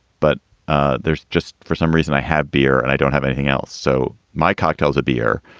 but ah there's just for some reason i have beer and i don't have anything else. so my cocktails, a beer.